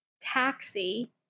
taxi